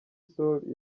sol